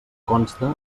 consta